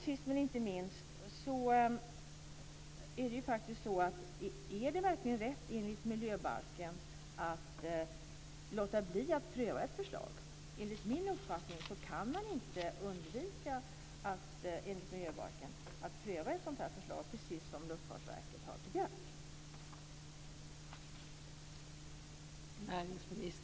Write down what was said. Sist men inte minst undrar jag om det verkligen är rätt enligt miljöbalken att låta bli att pröva ett förslag. Enligt min uppfattning kan man enligt miljöbalken inte undvika att pröva ett sådant här förslag, precis som Luftfartsverket har begärt.